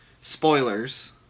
spoilers